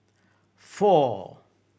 four